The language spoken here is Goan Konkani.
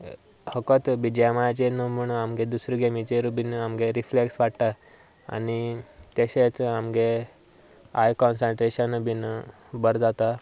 फकत बी जी एम आयाचेर न्हय पूण आमच्या दुसऱ्या गॅमीचेर बीन आमचे रिफ्लॅक्स वाडटा आनी तशेंच आमचे आय कॉन्संट्रेशन बीन बरें जाता